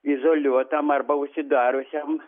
izoliuotam arba užsidariusiam